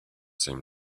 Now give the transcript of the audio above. seem